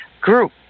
group